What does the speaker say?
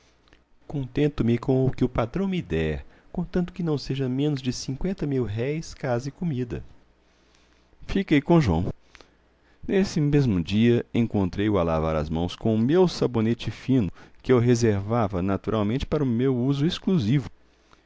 mês contento-me com que o patrão me der contanto que não seja menos de cinqüenta mil-réis casa e comida fiquei com o joão nesse mesmo dia encontrei-o a lavar as mãos com o meu sabonete fino que eu reservava naturalmente para o meu uso exclusivo